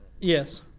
Yes